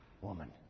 Woman